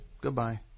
Goodbye